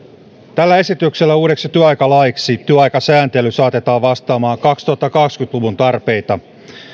tällä esityksellä uudeksi työaikalaiksi työaikasääntely saatetaan vastaamaan kaksituhattakaksikymmentä luvun tarpeita